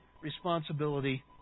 responsibility